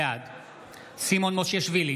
בעד סימון מושיאשוילי,